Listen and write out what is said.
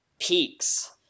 peaks